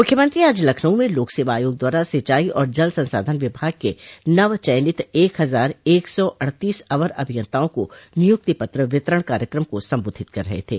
मुख्यमंत्री आज लखनऊ में लोक सेवा आयोग द्वारा सिंचाई और जल संसाधन विभाग के नव चयनित एक हजार चार सौ अड़तीस अवर अभियंताओं को नियुक्ति पत्र वितरण कार्यक्रम को संबोधित कर रहे थे